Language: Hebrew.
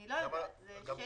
אני לא יודעת, זאת שאלה.